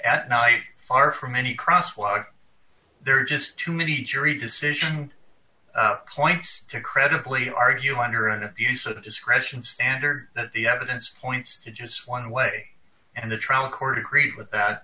at night far from any crosswalk there are just too many jury decision points to credibly argue under an abuse of discretion standard that the evidence points to just one way and the trial court agrees with that